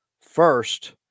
First